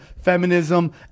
feminism